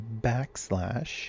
backslash